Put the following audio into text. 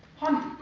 hundred